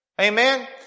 Amen